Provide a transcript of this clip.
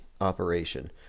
operation